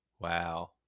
Wow